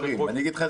אני אגיד לך,